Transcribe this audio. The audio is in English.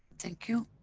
thank you.